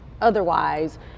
Otherwise